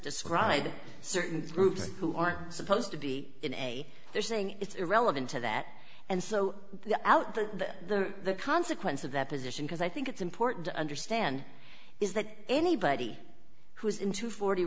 describe certain groups who are supposed to be in a way they're saying it's relevant to that and so out that the consequence of that position because i think it's important to understand is that anybody who is into forty